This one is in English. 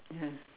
ya